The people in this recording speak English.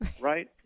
right